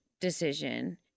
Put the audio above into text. decision